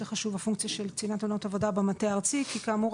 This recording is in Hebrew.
חשובה הפונקציה של קצינת תאונות עבודה במטה הארצי כי כאמור,